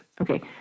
Okay